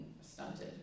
stunted